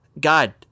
God